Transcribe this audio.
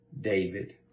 David